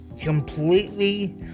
completely